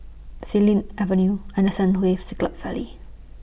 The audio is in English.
Xilin Avenue Henderson Wave Siglap Valley